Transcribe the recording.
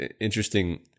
interesting